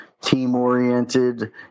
team-oriented